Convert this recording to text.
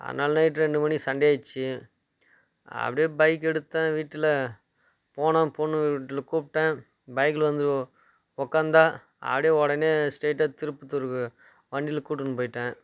அதனால நைட் ரெண்டு மணிக்கு சண்டை ஆகிடுச்சு அப்படியே பைக் எடுத்தேன் வீட்டில் போனோம் பொண்ணு வீட்டில கூப்பிட்டேன் பைக்ல வந்து உக்காந்தா அப்படியே உடனே ஸ்ட்ரெய்ட்டாக திருப்பத்தூர்க்கு வண்டியில கூப்ட்டுன்னு போய்ட்டேன்